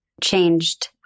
changed